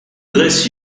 bless